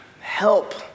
help